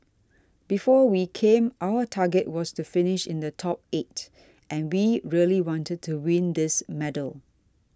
before we came our target was to finish in the top eight and we really wanted to win this medal